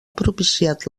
propiciat